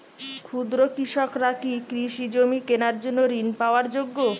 ক্ষুদ্র কৃষকরা কি কৃষিজমি কেনার জন্য ঋণ পাওয়ার যোগ্য?